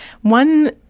One